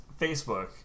Facebook